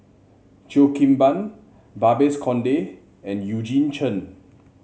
Cheo Kim Ban Babes Conde and Eugene Chen